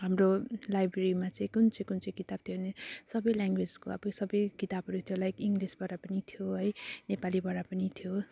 हाम्रो लाइब्रेरीमा चाहिँ कुन चाहिँ कुन चाहिँ किताब थियो भने सबै ल्याङ्ग्वेजको अब सबै किताबहरू थियो लाइक इङ्लिसबाट पनि थियो है नेपालीबाट पनि थियो